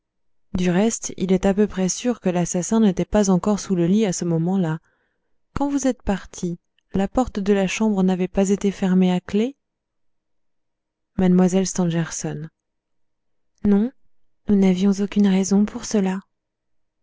du reste il est à peu près sûr que l'assassin n'était pas encore sous le lit à ce moment-là quand vous êtes partie la porte de la chambre n'avait pas été fermée à clef mlle stangerson non nous n'avions aucune raison pour cela